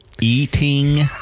Eating